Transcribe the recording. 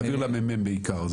נעביר ל-מ"מ בעיקר.